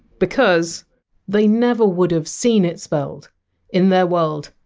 because they never would have seen it spelled in their world,